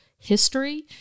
history